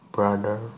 brother